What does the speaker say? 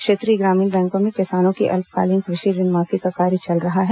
क्षेत्रीय ग्रामीण बैंकों में किसानों की अल्पकालीन कृषि ऋण माफी का कार्य चल रहा है